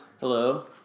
Hello